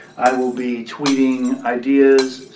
i will be tweeting ideas,